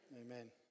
Amen